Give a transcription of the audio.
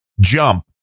jump